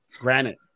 Granite